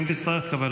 אם תצטרך, תקבל עוד.